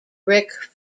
brick